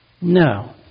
No